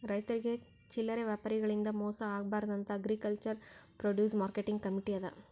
ರೈತರಿಗ್ ಚಲ್ಲರೆ ವ್ಯಾಪಾರಿಗಳಿಂದ್ ಮೋಸ ಆಗ್ಬಾರ್ದ್ ಅಂತಾ ಅಗ್ರಿಕಲ್ಚರ್ ಪ್ರೊಡ್ಯೂಸ್ ಮಾರ್ಕೆಟಿಂಗ್ ಕಮೀಟಿ ಅದಾ